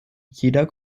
jeder